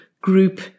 group